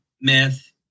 Myth